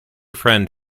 friend